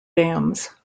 dams